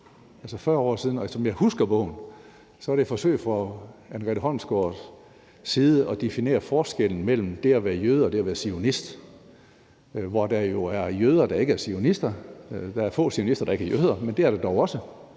40 år siden. Og som jeg husker bogen, er det et forsøg på fra Anne Grete Holmsgaards side at definere forskellen mellem det at være jøde og det at være zionist, hvor der jo er jøder, der ikke er zionister, mens der er få zionister, der ikke er jøder, men det er der dog også.